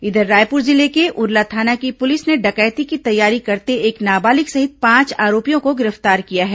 इधर रायपुर जिले के उरला थाना की पुलिस ने डकैती की तैयारी करते एक नाबालिग सहित पांच आरोपियों को गिरफ्तार किया है